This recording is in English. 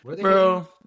Bro